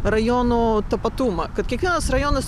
rajono tapatumą kad kiekvienas rajonas